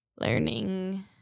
learning